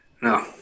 No